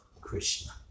Krishna